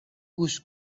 گوش